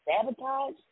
sabotage